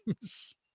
games